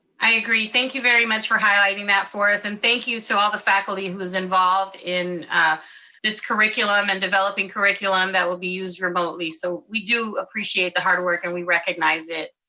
i agree, thank you very much for highlighting that for us, and thank you to all the faculty who was involved in this curriculum, and developing curriculum that will be used remotely. so we do appreciate the hard work, and we recognize it.